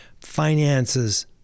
finances